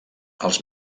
els